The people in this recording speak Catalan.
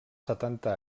setanta